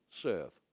serve